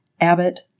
Abbott